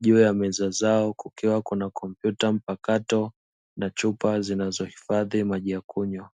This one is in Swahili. juu ya meza zao kukiwa kuna kompyuta mpakato na chupa zinazohifadhi maji ya kunywa.